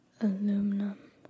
Aluminum